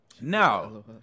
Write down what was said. Now